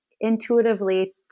intuitively